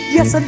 Yes